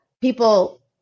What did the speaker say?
people